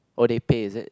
oh they paid is it